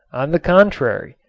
on the contrary,